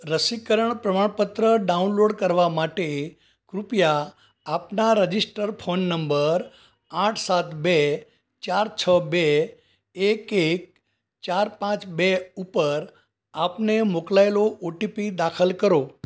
રસીકરણ પ્રમાણપત્ર ડાઉનલોડ કરવા માટે કૃપયા આપના રજિસ્ટર ફોન નંબર આઠ સાત બે ચાર છ બે એક એક ચાર પાંચ બે ઉપર આપને મોકલાયેલો ઓ ટી પી દાખલ કરો